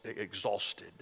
exhausted